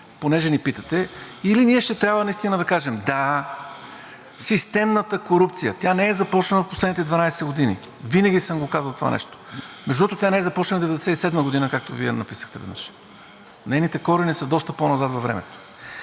понеже ни питате – или ние ще трябва наистина да кажем: „Да, системната корупция, тя не е започнала в последните 12 години“ – винаги съм го казвал това нещо, между другото, тя не е започнала през 1997 г., както Вие написахте веднъж. Нейните корени са доста по-назад във времето